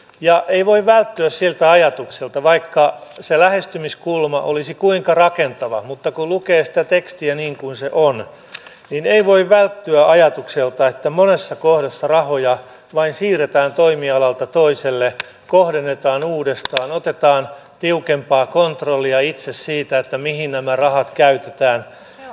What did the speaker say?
ja ei voi välttyä siltä ajatukselta vaikka se lähestymiskulma olisi kuinka rakentava niin kun lukee sitä tekstiä niin kuin se on ei voi välttyä ajatukselta että monessa kohdassa rahoja vain siirretään toimialalta toiselle kohdennetaan uudestaan otetaan tiukempaa kontrollia itse siitä mihin nämä rahat käytetään